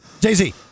Jay-Z